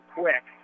quick